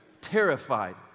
Terrified